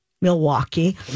Milwaukee